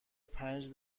پنج